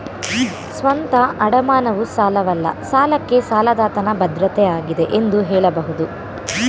ಸ್ವಂತ ಅಡಮಾನವು ಸಾಲವಲ್ಲ ಸಾಲಕ್ಕೆ ಸಾಲದಾತನ ಭದ್ರತೆ ಆಗಿದೆ ಎಂದು ಹೇಳಬಹುದು